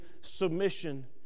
submission